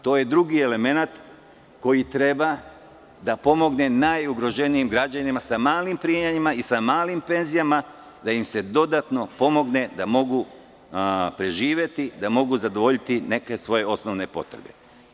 To je drugi elemenat koji treba da pomogne najugroženijim građanima sa malim primanjima i sa malim penzijama, da im se dodatno pomogne da mogu da prežive, da mogu da zadovolje neke svoje osnovne potreba.